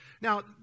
Now